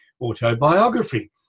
autobiography